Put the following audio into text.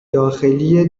داخلی